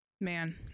Man